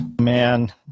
man